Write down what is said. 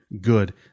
Good